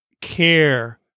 care